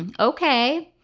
and okay.